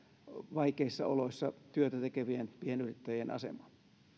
vaikeissa oloissa työtä tekevien pienyrittäjien asemaa